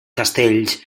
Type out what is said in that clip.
castells